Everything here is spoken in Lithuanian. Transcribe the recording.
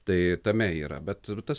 tai tame yra bet ir tas